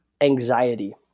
anxiety